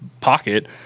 pocket